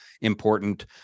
important